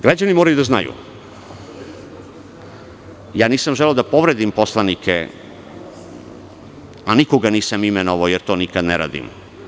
Građani moraju da znaju da nisam želeo da povredim poslanike, nikoga nisam imenovao, jer to nikada ne radim.